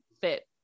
fit